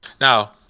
Now